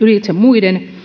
ylitse muiden